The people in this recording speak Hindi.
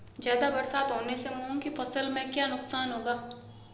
ज़्यादा बरसात होने से मूंग की फसल में क्या नुकसान होगा?